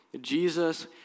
Jesus